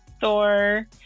Thor